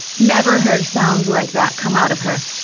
never heard sounds like that come out of her.